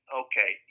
okay